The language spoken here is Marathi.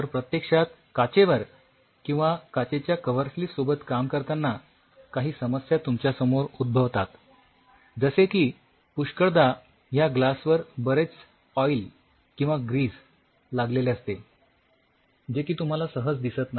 तर प्रत्यक्षात काचेवर किंवा काचेच्या कव्हरस्लिप सोबत काम करतांना काही समस्या तुमच्यासमोर उद्भवतात जसे की पुष्कळदा ह्या ग्लास वर बरेच ऑइल किंवा ग्रीस लागलेले असते जे की तुम्हाला सहज दिसत नाही